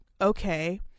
okay